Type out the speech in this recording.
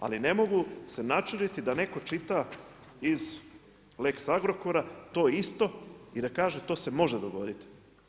Ali ne mogu se načuditi da netko čita iz Lex Agrokora to isto i da kaže to se može dogoditi.